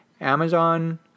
amazon